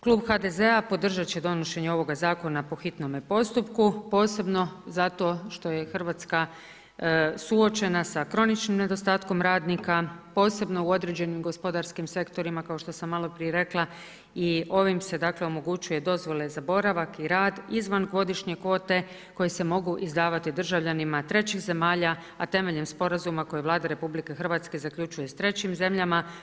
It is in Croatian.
Klub HDZ-a podržati će donošenje ovoga zakona po hitnome postupku, posebno zato što je Hrvatska suočena sa kroničnim nedostatkom radnika, posebno u određenim gospodarskim sektorima kao što sam malo prije rekla i ovim se dakle omogućuje dozvole za boravak i rad izvan godišnje kvote koje se mogu izdavati državljanima trećih zemalja a temeljem sporazuma kojeg Vlada RH zaključuje sa trećim zemljama.